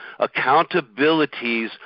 accountabilities